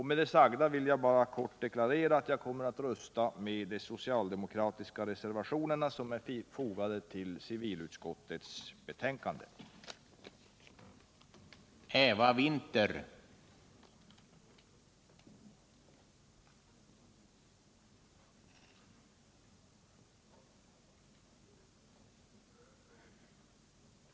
Med det sagda vill jag kort deklarera att jag kommer att rösta för de socialdemokratiska reservationer som är fogade till civilutskottets betänkande nr 8.